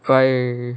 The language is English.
I